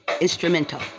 instrumental